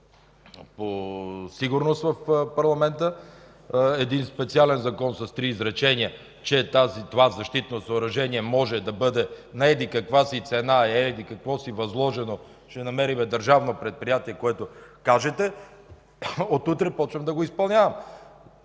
по сигурност в парламента – един специален закон с три изречения, че това защитно съоръжение може да бъде на еди-каква си цена, еди-какво си, възложено, ще намерим държавно предприятие, което кажете и от утре започвам да го изпълнявам.